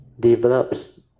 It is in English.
develops